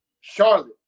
Charlotte